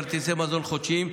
כרטיסי מזון חודשיים,